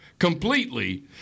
Completely